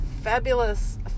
fabulous